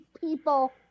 people